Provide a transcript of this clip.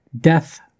death